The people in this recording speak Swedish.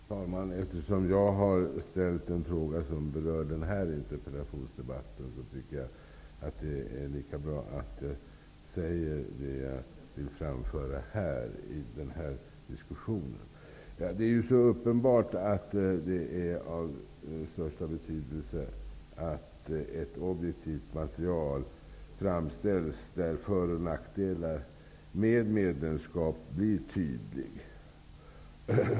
Herr talman! Eftersom jag har framställt en interpellation som berör den här interpellationsdebatten, tycker jag att det är lika bra att här framföra det som jag vill säga. Det är så uppenbart att det är av största betydelse att ett objektivt material framställs, där för och nackdelar med ett medlemskap blir tydliga.